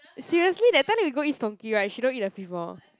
seriously that time that we go eat Song-Ke [right] she don't eat the fishball